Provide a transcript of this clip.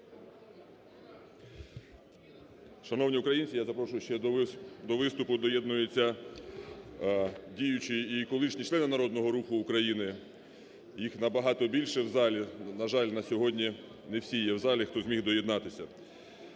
Шановні українці, я запрошую, ще до виступу доєднуються діючі і колишні члени Народного Руху України, їх на багато більше у залі. На жаль, на сьогодні не всі є у залі, хто зміг доєднатися.